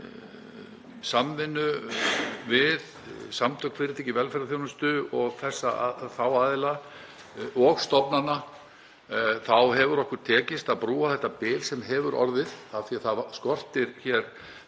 að með samvinnu við Samtök fyrirtækja í velferðarþjónustu og stofnanir þá hefur okkur tekist að brúa þetta bil sem hefur orðið af því að það skortir hér